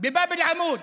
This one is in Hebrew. בבאב אל-עמוד.